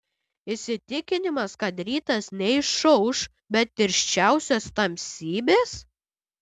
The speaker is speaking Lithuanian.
įsitikinimas kad rytas neišauš be tirščiausios tamsybės